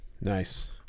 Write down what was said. Nice